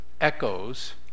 echoes